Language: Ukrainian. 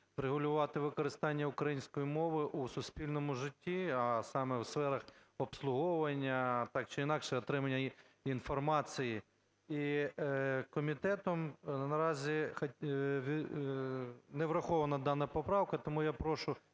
врегулювати використання української мови у суспільному житті, а саме в сферах обслуговування, так чи інакше отримання інформації. І комітетом наразі не врахована дана поправка, тому я прошу,